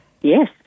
Yes